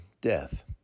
death